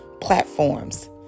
platforms